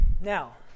Now